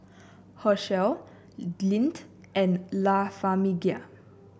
Herschel Lindt and La Famiglia